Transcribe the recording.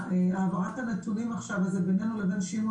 העברת הנתונים עכשיו היא בינינו לבין שמעון